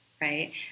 right